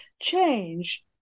change